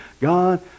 God